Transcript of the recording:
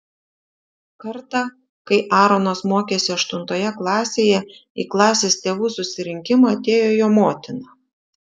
kartą kai aaronas mokėsi aštuntoje klasėje į klasės tėvų susirinkimą atėjo jo motina